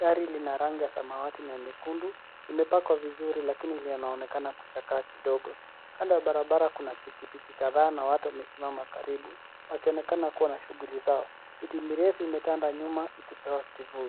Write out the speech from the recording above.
Gari lina rangi ya samawati na nyekundu limepakwa vizuri lakini linaonekana kuchakaa kidogo. Kando ya barabara kuna pikipiki kadhaa na watu wamesimama karibu wakionekana kuwa na shughuli zao. Miti mirefu imepandwa nyuma ikitoa kivuli.